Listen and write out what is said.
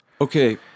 Okay